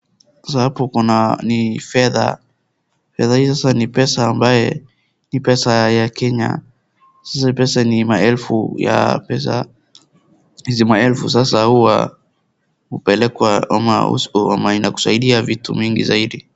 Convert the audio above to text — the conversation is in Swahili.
Sasa hapo kuna ni fedha. Fedha hizo ni pesa ambaye ni pesa ya Kenya .Hizo pesa ni maelfu ya pesa ni maelfu sasa huwa kupelekwa na kusaidia vitu mingi zaidi.